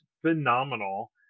phenomenal